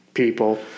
People